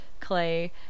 clay